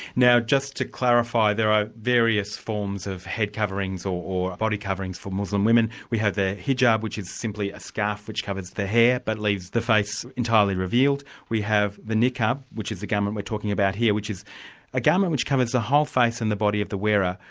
now just to clarify there are various forms of head coverings or or body coverings for muslim women. we have the hijab, which is simply a scarf which covers the hair, that but leaves the face entirely revealed we have the niqab, which is the garment we're talking about here, which is a garment which covers the whole face and the body of the wearer,